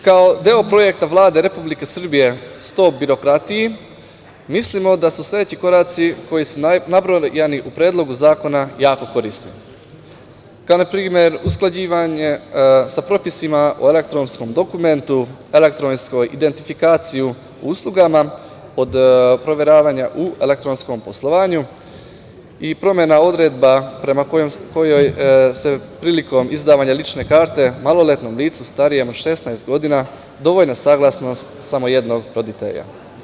Kao deo projekta Vlade Republike Srbije – Stop birokratiji, mislimo da se sledeći koraci koji su nabrojani u Predlogu zakona jako korisni, kao na primer usklađivanje sa propisima o elektronskom dokumentu, elektronskoj identifikaciji i uslugama, od proveravanja u elektronskom poslovanju i promena odredaba prema kojoj se prilikom izdavanja lične karte maloletnom licu starijem od 16 godina je dovoljna saglasnost samo jednog roditelja.